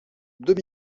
deux